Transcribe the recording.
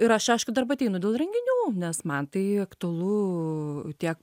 ir aš aišku dar bat einu dėl renginių nes man tai aktualu tiek